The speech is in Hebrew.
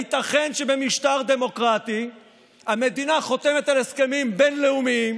הייתכן שבמשטר דמוקרטי המדינה חותמת על הסכמים בין-לאומיים